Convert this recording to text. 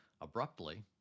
Abruptly